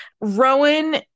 rowan